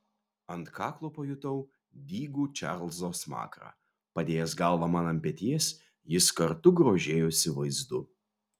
ant kaklo pajutau dygų čarlzo smakrą padėjęs galvą man ant peties jis kartu grožėjosi vaizdu